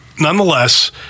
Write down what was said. nonetheless